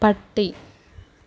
പട്ടി